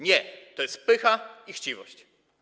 Nie, to jest pycha i chciwość.